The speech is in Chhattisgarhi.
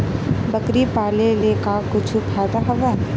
बकरी पाले ले का कुछु फ़ायदा हवय?